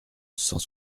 cent